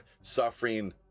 Suffering